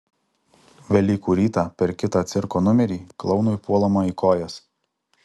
velykų rytą per kitą cirko numerį klounui puolama į kojas